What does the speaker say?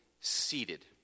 seated